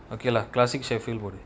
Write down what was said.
okay lah classic sheffield ware